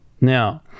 Now